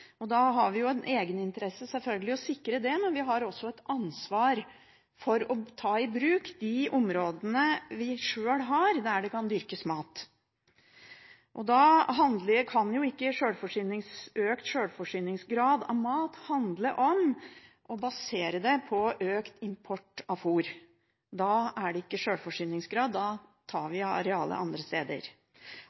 Da har vi en egeninteresse, selvfølgelig, i å sikre det, men vi har også et ansvar for å ta i bruk de områdene vi sjøl har, der det kan dyrkes mat. Da kan ikke økt sjølforsyningsgrad av mat handle om å basere det på økt import av fôr. Da er det ikke sjølforsyning; da tar vi av arealet andre steder.